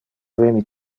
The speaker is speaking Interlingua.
veni